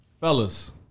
fellas